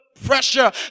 pressure